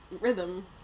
rhythm